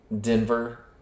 Denver